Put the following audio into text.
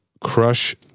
crush